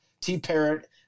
T-Parrot